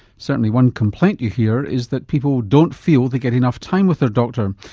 certainly one complaint you hear is that people don't feel they get enough time with their doctor.